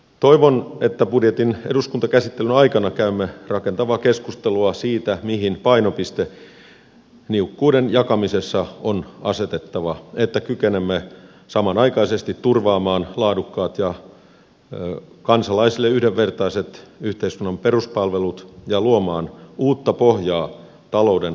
toivon että budjetin eduskuntakäsittelyn aikana käymme rakentavaa keskustelua siitä mihin painopiste niukkuuden jakamisessa on asetettava että kykenemme samanaikaisesti turvaamaan laadukkaat ja kansalaisille yhdenvertaiset yhteiskunnan peruspalvelut ja luomaan uutta pohjaa talouden kasvulle